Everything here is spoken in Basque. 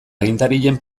agintarien